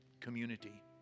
community